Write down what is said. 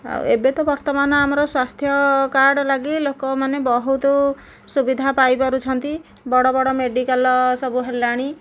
ଆଉ ଏବେ ତ ବର୍ତ୍ତମାନ ଆମର ସ୍ୱାସ୍ଥ୍ୟ କାର୍ଡ଼ ଲାଗି ଲୋକମାନେ ବହୁତ ସୁବିଧା ପାଇପାରୁଛନ୍ତି ବଡ଼ ବଡ଼ ମେଡ଼ିକାଲ ସବୁ ହେଲାଣି